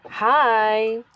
Hi